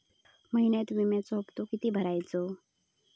महिन्यात विम्याचो हप्तो किती भरायचो?